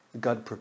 God